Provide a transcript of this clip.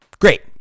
Great